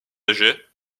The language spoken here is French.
âgées